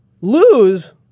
lose